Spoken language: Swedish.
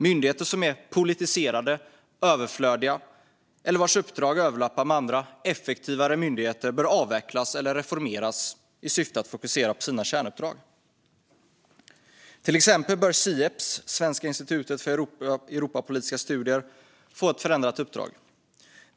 Myndigheter som är politiserade eller överflödiga eller vars uppdrag överlappar med andra, effektivare myndigheter bör avvecklas eller reformeras i syfte att de ska fokusera på sina kärnuppdrag. Till exempel bör Sieps, Svenska institutet för Europapolitiska studier, få ett förändrat uppdrag.